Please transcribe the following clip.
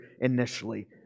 initially